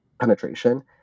penetration